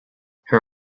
her